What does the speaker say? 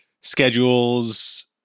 schedules